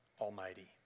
Almighty